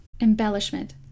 Embellishment